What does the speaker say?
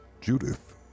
Judith